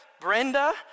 Brenda